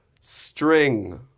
string